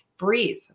breathe